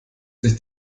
sich